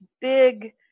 big